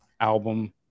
album